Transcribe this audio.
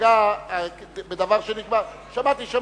מפלגה בדבר שנגמר, שמעתי.